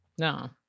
No